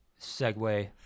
segue